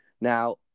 Now